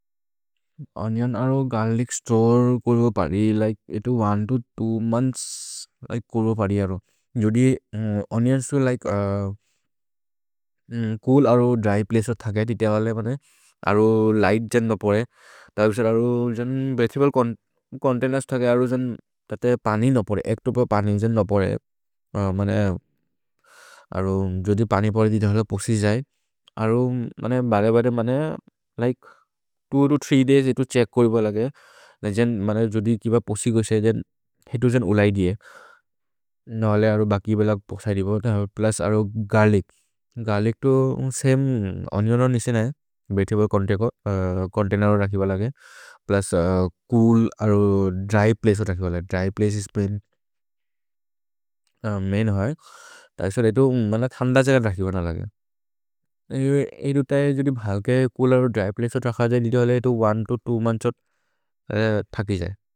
अन्यन आरो garlic store कोरो पाड़ी, लाइक एटो वान टू, टू मान्स कोरो पाड़ी आरो। जदी अन्यन स्टोर लाइक कूल आरो ड्राइ प्लेसर थागे दितेवाले अरो लाइट जेन न पड़े। अरो बाले बाले like two two three days एटो चेक कोई बाले लागे, जदी की बाले पोसी गो से एटो जन उलाई दिये, न भाले आरो बाकी बाले पोसाई डिबो प्लास आरो गाल्लिक, गाल्लिक तो सेम अन्यन आरो निसे नाए, बेठेवाल कौन्टेको, कौंटेन आरो राकी बाले लागे प्लास कूल आरो बाले इसप्रेश। थझांड चेका ट्रेकीबा आलागे, योटी लेतो हए एटो दो जानादे मांचो थटकी जाए।